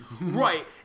right